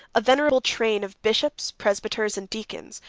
a venerable train of bishops, presbyters, and deacons,